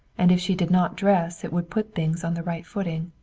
and if she did not dress it would put things on the right footing.